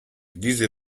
diese